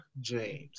James